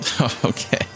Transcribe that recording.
Okay